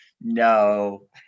No